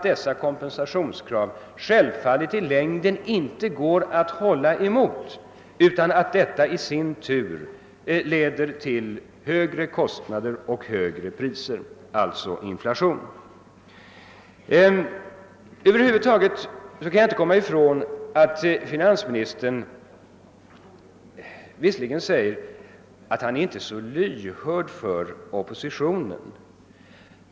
Det går självfallet inte i längden att stå emot dessa kompensationskrav, vilket i sin tur leder till högre kostnader och högre priser — alltså inflation. Finansministern sade att han inte är så lyhörd för oppositionen.